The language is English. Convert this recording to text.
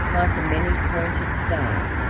like a many-pointed star.